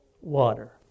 water